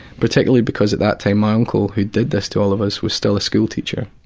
particularly because at that time, my uncle who did this to all of us, was still a school teacher.